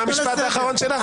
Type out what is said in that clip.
מה המשפט האחרון שלך?